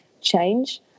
change